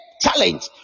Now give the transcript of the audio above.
talent